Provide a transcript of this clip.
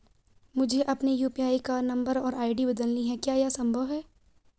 मुझे अपने यु.पी.आई का नम्बर और आई.डी बदलनी है क्या यह संभव है?